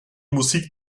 musik